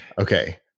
okay